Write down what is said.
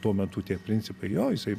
tuo metu tie principai jo jisai